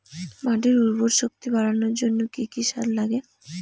মাটির উর্বর শক্তি বাড়ানোর জন্য কি কি সার লাগে?